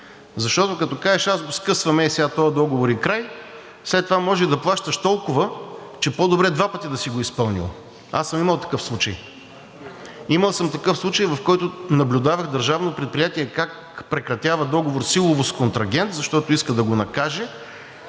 Защото, като кажеш аз го скъсвам ей сега този договор и край, след това може да плащаш толкова, че по-добре два пъти да си го изпълнил. Аз съм имал такъв случай. Имал съм такъв случай, в който наблюдавах държавно предприятие как прекратява договор силово с контрагент, защото иска да го накаже,